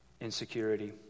insecurity